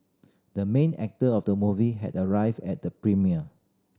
the main actor of the movie had arrived at the premiere